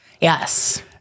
Yes